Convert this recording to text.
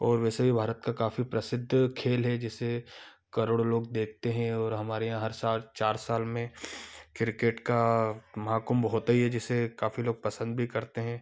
और वैसे भी भारत का काफ़ी प्रसिद्ध खेल है जिसे करोड़ों लोग देखते हैं और हमारे यहाँ हर साल चार साल में क्रिकेट का महाकुंभ होता ही है जिसे काफ़ी लोग पसंद भी करते हैं